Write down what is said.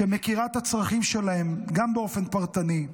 שמכירה את הצרכים שלהם גם באופן פרטני.